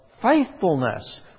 faithfulness